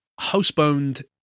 housebound